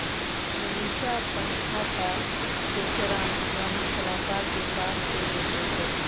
मनीशा अप्पन खाता के सरांश गाहक सलाहकार के पास से देखलकई